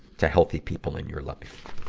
to healthy people in your life.